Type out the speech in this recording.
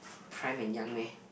prime and young meh